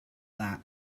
that